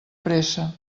pressa